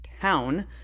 town